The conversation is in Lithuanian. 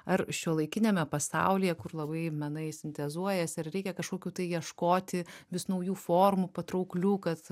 ar šiuolaikiniame pasaulyje kur labai menai sintezuojasi ar reikia kažkokių tai ieškoti vis naujų formų patrauklių kad